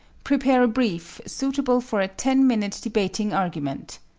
prepare a brief suitable for a ten-minute debating argument.